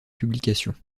publications